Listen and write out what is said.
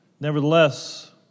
Nevertheless